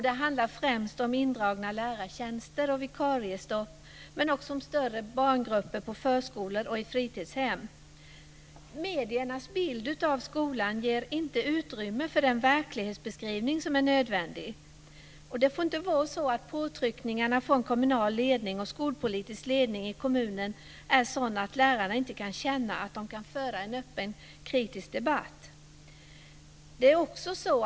Det handlar främst om indragna lärartjänster och vikariestopp, men också om större barngrupper i förskolor och fritidshem. Mediernas bild av skolan ger inte utrymme för den verklighetsbeskrivning som är nödvändig. Påtryckningarna från kommunal och skolpolitisk ledning får inte vara sådana att lärarna inte känner att de kan föra en öppen kritisk debatt.